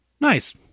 Nice